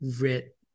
writ